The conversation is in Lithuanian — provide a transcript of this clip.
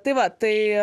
tai vat tai